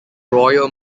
royal